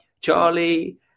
Charlie